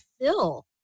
fill